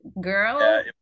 girl